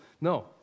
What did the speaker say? No